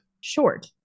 Short